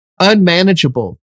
unmanageable